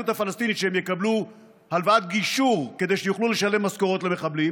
הפלסטינית שהם יקבלו הלוואת גישור כדי שיוכלו לשלם משכורות למחבלים,